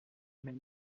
mais